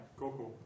Coco